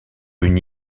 une